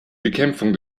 bekämpfung